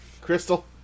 Crystal